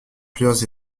plusieurs